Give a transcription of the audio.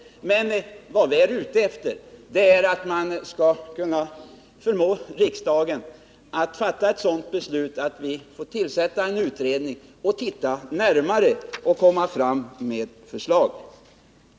Vad vi är ute efter är att förmå riksdagen att tillsätta en utredning som kan komma fram med ett förslag.